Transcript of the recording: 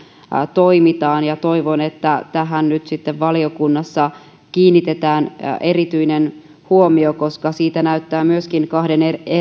toimitaan ja toivon että tähän nyt sitten valiokunnassa kiinnitetään erityinen huomio koska siitä näyttää myöskin